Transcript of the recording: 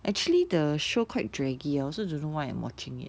actually the show quite draggy lor also don't know why I'm watching it